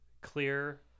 clear